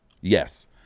Yes